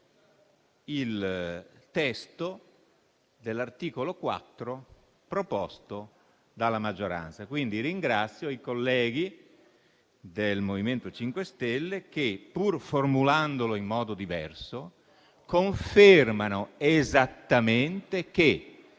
il testo dell'articolo 4 proposto dalla maggioranza. Quindi, ringrazio i colleghi del MoVimento 5 Stelle, che, pur formulandolo in modo diverso, confermano esattamente che